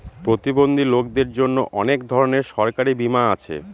প্রতিবন্ধী লোকদের জন্য অনেক ধরনের সরকারি বীমা আছে